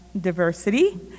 diversity